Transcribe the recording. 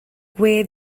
gwe